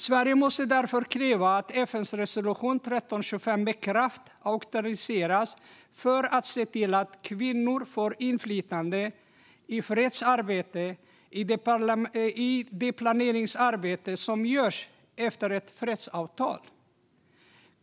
Sverige måste därför kräva att FN:s resolution 1325 med kraft aktualiseras för att se till att kvinnor får inflytande i fredsarbete och i det planeringsarbete som görs efter ett fredsavtal.